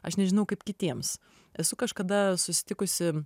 aš nežinau kaip kitiems esu kažkada susitikusi